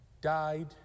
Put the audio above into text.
died